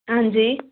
ਹਾਂਜੀ